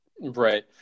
Right